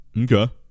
Okay